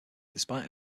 despite